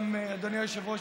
אדוני היושב-ראש,